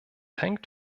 hängt